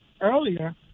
earlier